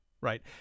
Right